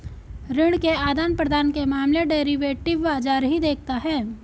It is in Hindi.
ऋण के आदान प्रदान के मामले डेरिवेटिव बाजार ही देखता है